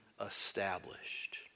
established